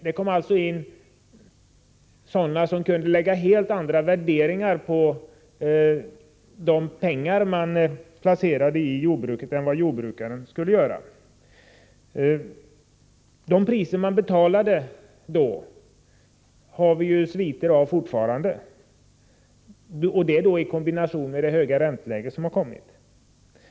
Det kom alltså in sådana som kunde lägga helt andra värderingar på de pengar man placerade i jordbruket än vad jordbrukarna skulle göra. De priser som betalades då har vi sviter av fortfarande, i kombination med det höga ränteläge som har uppkommit.